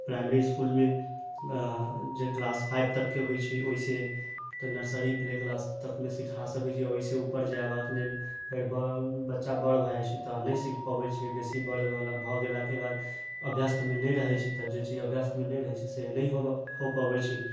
primary इस्कुलमे जे class five तकके होइ छै ओहिसँ तऽ नर्सरी प्ले क्लासतक मे सिखा सकै छी आ ओहिसँ ऊपर जयबाक लेल फेर बच्चा बड़ भऽ जाइ छै तऽ नहि सीख पबैत छै बेसी बड़ भऽ गेलाके बाद अभ्यस्तमे नहि रहै छै तऽ जे चीज अभ्यस्तमे नहि रहै छै से नहि हो पबै छै